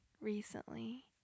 recently